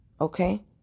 Okay